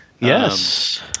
Yes